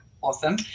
Awesome